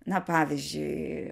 na pavyzdžiui